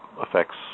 affects